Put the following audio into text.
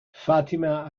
fatima